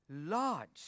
large